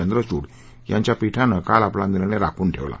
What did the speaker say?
चंद्रचूड यांच्या पीठानं काल आपला निर्णय राखून ठक्ला